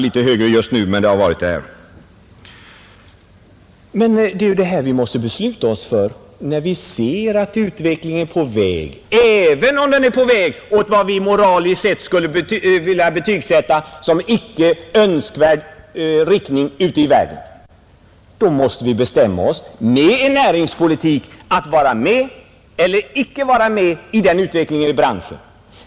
När vi vill driva näringspolitik måste vi besluta oss, även när vi ser att utvecklingen ute i världen är på väg mot vad vi moraliskt sett skulle vilja beteckna som en icke önskvärd riktning. Då måste vi i vår näringspolitik bestämma oss för att vara med eller icke vara med i en bransch.